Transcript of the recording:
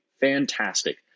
fantastic